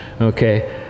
okay